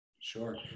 Sure